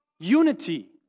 Unity